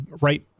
right